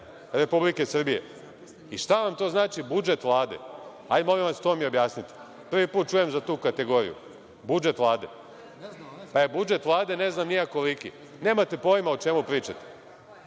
Republike Srbije.I, šta vam to znači budžet Vlade? Hajde, molim vas, to mi objasnite. Prvi put čujem za tu kategoriju, budžet Vlade. Taj budžet Vlade ne znam ni ja koliki. Nemate pojma o čemu pričate.